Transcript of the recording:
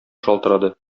шалтырады